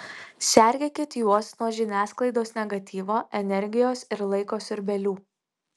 sergėkit juos nuo žiniasklaidos negatyvo energijos ir laiko siurbėlių